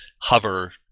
hover